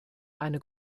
eine